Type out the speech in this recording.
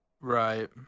Right